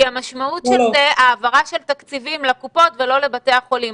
כי המשמעות של זה - העברה של תקציבים לקופות ולא לבתי חולים.